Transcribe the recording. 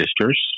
sisters